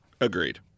Agreed